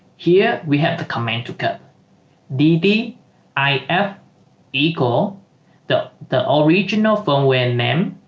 here we have to come and to cut bb i f equal the the original firmware name